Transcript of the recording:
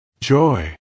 joy